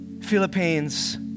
Philippines